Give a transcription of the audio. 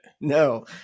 No